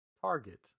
Target